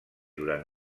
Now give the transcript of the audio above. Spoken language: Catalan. durant